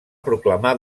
proclamar